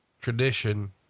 tradition